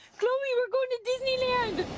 chloe we're going to disneyland!